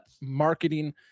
marketing